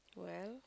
well